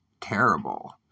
terrible